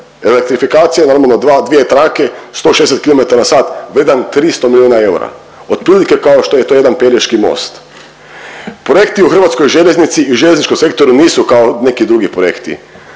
elektrifikacije normalno dvije trake 160 km/h vrijedan 300 milijuna eura. Otprilike kao što je to jedan Pelješki most. Projekti u hrvatskoj željeznici i željezničkom sektoru nisu kao neki drugi projekti.